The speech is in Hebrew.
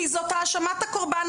כי זאת האשמת הקורבן.